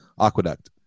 aqueduct